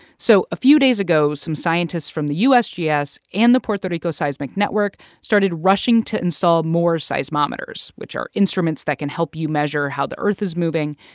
so a few days ago, some scientists from the usgs and the puerto rico seismic network started rushing to install more seismometers, which are instruments that can help you measure how the earth is moving,